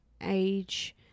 age